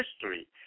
history